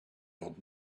old